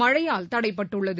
மழையால் தடைபட்டுள்ளது